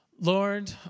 Lord